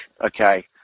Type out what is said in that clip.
okay